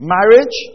Marriage